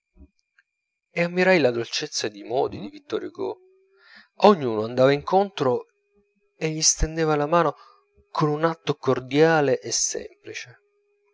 e ammirai la dolcezza di modi di vittor hugo a ognuno andava incontro e gli stendeva la mano con un atto cordiale e semplice